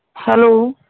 hello